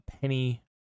penny